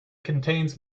contains